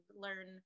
learn